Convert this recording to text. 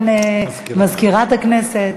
לסגן מזכירת הכנסת.